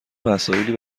وسایلی